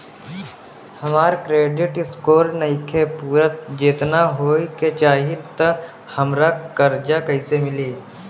हमार credit score नईखे पूरत जेतना होए के चाही त हमरा कर्जा कैसे मिली?